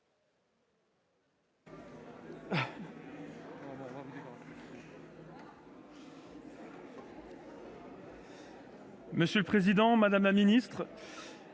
Monsieur le président, madame la ministre,